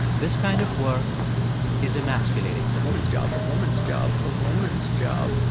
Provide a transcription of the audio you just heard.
this kind of work is emasculating? a woman's job, a woman's job, a woman's job